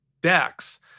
Dax